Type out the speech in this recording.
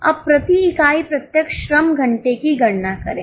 अब प्रति इकाई प्रत्यक्ष श्रम घंटे की गणना करें